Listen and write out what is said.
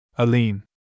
Aline